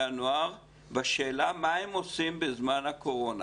הנוער בשאלה מה הם עושים בזמן הקורונה.